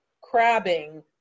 crabbing